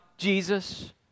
Jesus